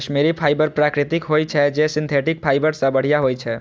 Kashmiri fibre प्राकृतिक होइ छै, जे सिंथेटिक फाइबर सं बढ़िया होइ छै